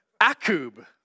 Akub